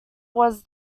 was